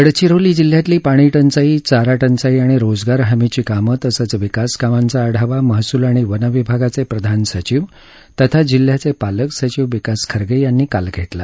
गडचिरोली जिल्हयातली पाणीटंचाई चारा टंचाई आणि रोजगार हमीची कामं तसंच विकास कामांचा आढावा महसूल आणि वन विभागाचे प्रधान सचिव तथा जिल्ह्याचे पालक सचिव विकास खारगे यांनी काल घेतला